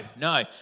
no